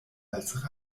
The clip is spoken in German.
als